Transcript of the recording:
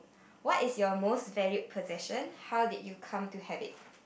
what is your most valued possession how did you come to have it